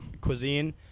cuisine